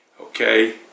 Okay